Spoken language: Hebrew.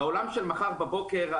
בעולם של מחר בבוקר,